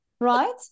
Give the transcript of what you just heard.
right